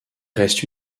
reste